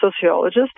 sociologist